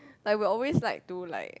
like we will always like to like